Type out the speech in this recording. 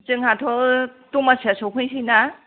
जोंहाथ' दमासिया सफैनोसै ना